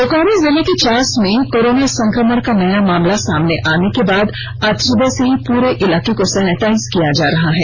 बोकारो जिले के चास में कोरोना संक्रमण का नया मामला सामने आने के बाद आज सुबह से ही पूरे इलाकों को सैनिटाइज किया जा रहा है